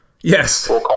Yes